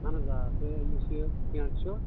اہَن حظ آ بیٚیہِ یُس یہِ پینٛٹ چھُ